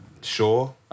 sure